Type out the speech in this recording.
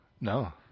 No